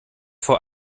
vor